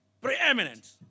preeminent